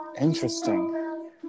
Interesting